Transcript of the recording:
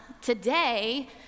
today